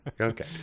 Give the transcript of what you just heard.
Okay